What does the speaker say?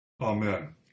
Amen